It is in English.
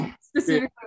specifically